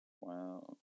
Wow